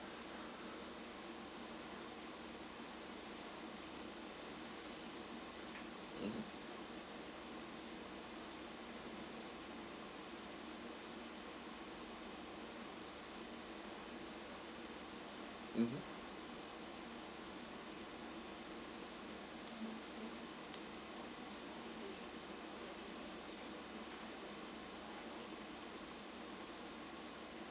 mm mm